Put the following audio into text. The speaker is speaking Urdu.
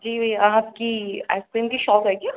جی بھئی آپ کی آئس کریم کی شاپ ہے کیا